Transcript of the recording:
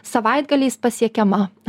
savaitgaliais pasiekiama